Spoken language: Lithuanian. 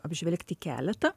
apžvelgti keletą